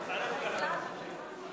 לשנת התקציב 2015,